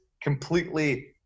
completely